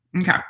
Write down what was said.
Okay